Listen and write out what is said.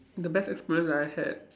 the best experience that I had